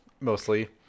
mostly